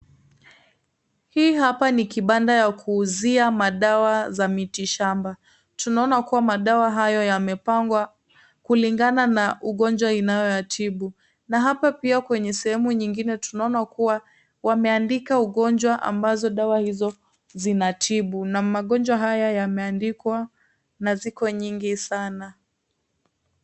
Hii hapa ni kibanda ya kuuzia madawa ya miti shamba. Tunaona kuwa madawa hayo yamepangwa kulingana na ugonjwa inayoyatibu. Na hapa pia kwenye sehemu nyingine tunaona kuwa, wameandika ugonjwa ambazo dawa hizo zinatibu. Na magonjwa haya yameandikwa na ziko nyingi sana.